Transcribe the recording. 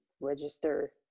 register